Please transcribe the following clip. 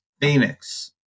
Phoenix